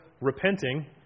repenting